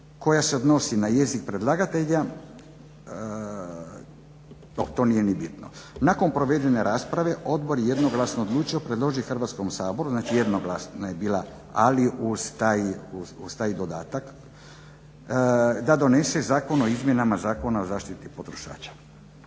koja se odnosi na jezik predlagatelja, to nije ni bitno. Nakon provedene rasprave odbor je jednoglasno odlučio predložiti Hrvatskom saboru, znači jednoglasna je bila ali uz taj dodatak, da donese Zakon o izmjenama Zakona o zaštiti potrošača.